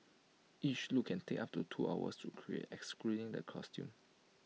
each look can take up to two hours to create excluding the costume